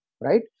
right